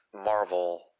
marvel